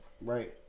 right